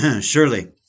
Surely